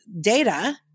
data